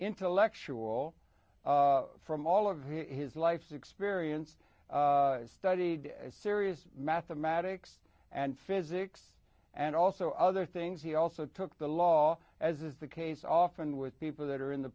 intellectual from all of his life's experience studied serious mathematics and physics and also other things he also took the law as is the case often with people that are in the